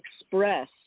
express